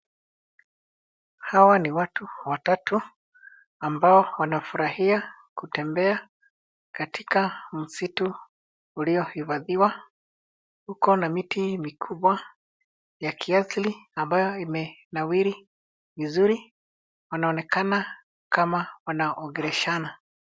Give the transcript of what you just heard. Hawa ni watu watatu ambao wanafurahia kutembea katika msitu uliohifadhiwa. Kuko na miti mikubwa ya kiasili ,ambayo imenawiri vizuri. Unaonekana kama unaongeleshana.